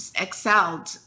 excelled